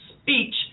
speech